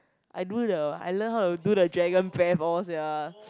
I do the I learn how to do the dragon breath all sia